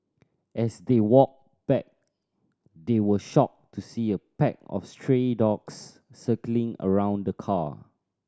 as they walked back they were shocked to see a pack of stray dogs circling around the car